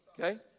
Okay